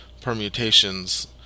permutations